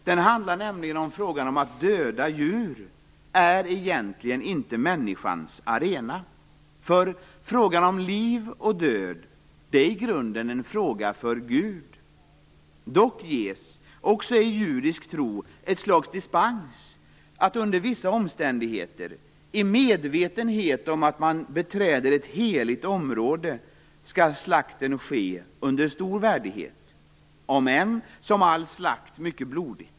Den handlar nämligen om att döda djur egentligen inte är människans arena. Frågan om liv och död är i grunden en fråga för Gud. Dock ges, också i judisk tro, ett slags dispens under vissa omständigheter. I medvetenhet om att man beträder ett heligt område skall slakten ske under stor värdighet, om än, som all slakt, mycket blodigt.